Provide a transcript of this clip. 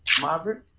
Margaret